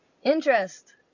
Interest